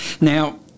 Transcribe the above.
Now